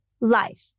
life